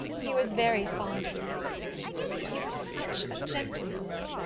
he was very fond of me and he was such a gentle boy.